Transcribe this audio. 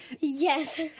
Yes